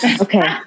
Okay